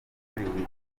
munyeshuri